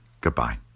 Goodbye